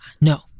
No